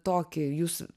tokį jūs